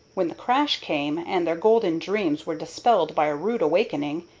when the crash came, and their golden dreams were dispelled by a rude awakening,